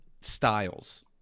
styles